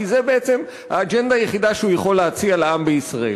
כי זה בעצם האג'נדה היחידה שהוא יכול להציע לעם בישראל.